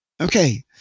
Okay